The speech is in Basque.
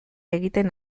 egiten